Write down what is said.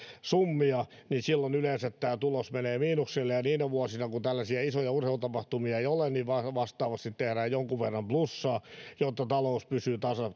summia niin silloin yleensä tulos menee miinukselle ja niinä vuosina kun tällaisia isoja urheilutapahtumia ei ole niin vastaavasti tehdään jonkun verran plussaa jotta talous pysyy